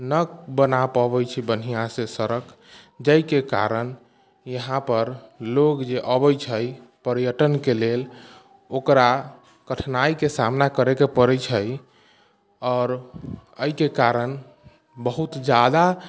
ना बना पबैत छै बन्हियासँ सड़क जाहिके कारण यहाँपर लोग जे अबै छै पर्यटनके लेल ओकरा कठिनाइके सामना करयके पड़ैत छै आओर एहिके कारण बहुत ज्यादा